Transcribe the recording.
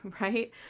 right